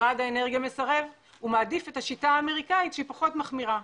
משרד האנרגיה מסרב ומעדיף את השיטה האמריקאית שהיא פחות מחמירה.